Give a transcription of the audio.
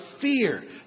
fear